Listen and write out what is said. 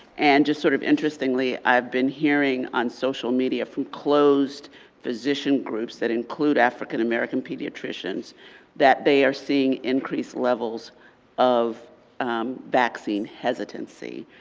and just sort of interestingly i've been hearing on social media from closed physician groups that include african american pediatricians that they're seeing increase levels of vaccine hesitancy.